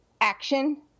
action